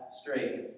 straight